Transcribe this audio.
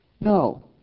No